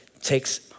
takes